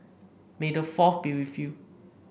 may the Fourth be with you